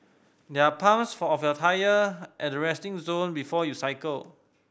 there are pumps for of your tyre at the resting zone before you cycle